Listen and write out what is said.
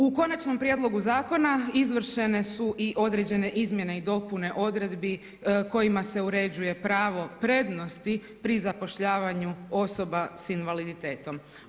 U konačnom prijedlogu zakona izvršene su i određene izmjene i dopune odredbi kojima se uređuje pravo prednosti pri zapošljavanju osoba sa invaliditetom.